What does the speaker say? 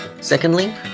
Secondly